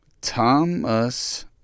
Thomas